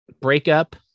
breakup